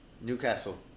Newcastle